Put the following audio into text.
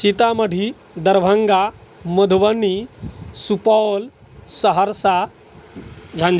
Sitamarhi Darbhanga Madhubani Supaul Saharsa Jhanjharpur